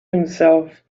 himself